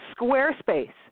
Squarespace